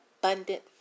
abundant